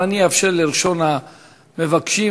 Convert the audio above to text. אבל אאפשר לראשון המבקשים,